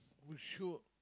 will show